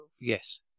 Yes